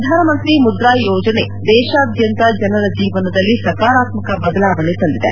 ಪ್ರಧಾನಮಂತ್ರಿ ಮುದ್ರಾ ಯೋಜನೆ ದೇಶಾದ್ಯಂತ ಜನರ ಜೀವನದಲ್ಲಿ ಸಕಾರಾತ್ಮಕ ಬದಲಾವಣೆ ತಂದಿದೆ